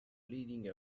leading